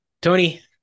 Tony